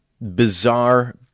bizarre